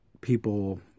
people